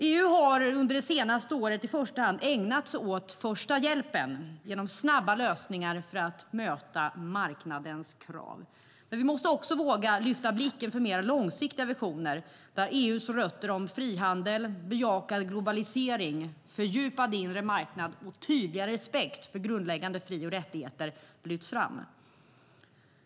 EU har under det senaste året i första hand ägnat sig åt första hjälpen genom snabba lösningar för att möta marknadens krav. Men vi måste också våga lyfta blicken för mer långsiktiga visioner där EU:s rötter i frihandel, bejakad globalisering, fördjupad inre marknad och tydligare respekt för grundläggande mänskliga fri och rättigheter lyfts fram.